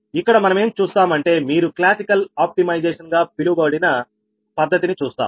ఇక్కడ మనమేం చూస్తాం అంటే మీరు క్లాసికల్ ఆప్టిమైజేషన్ గా పిలువబడిన పద్ధతిని చూస్తాం